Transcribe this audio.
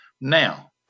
Now